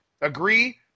Agree